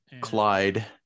Clyde